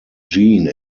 gene